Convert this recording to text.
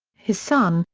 his son,